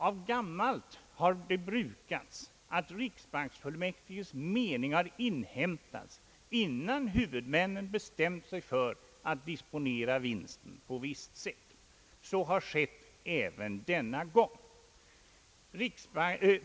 Av gammalt har det brukats att riksbanksfullmäktiges mening har inhämtats innan huvudmännen bestämt sig för att disponera vinsten på visst sätt. Så har skett även denna gång.